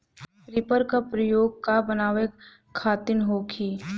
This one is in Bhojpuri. रिपर का प्रयोग का बनावे खातिन होखि?